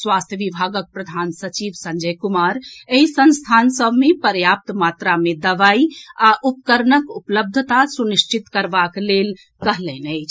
स्वास्थ्य विभागक प्रधान सचिव संजय कुमार एहि संस्थान सभ मे पर्याप्त मात्रा मे दवाई आ उपकरणक उपलब्धता सुनिश्चित करबाक लेल कहलनि अछि